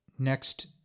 Next